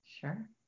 Sure